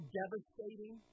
devastating